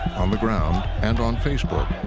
on the ground and on facebook,